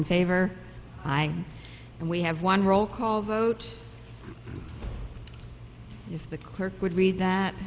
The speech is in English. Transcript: in favor i and we have one roll call vote if the clerk would read that